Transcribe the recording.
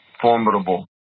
formidable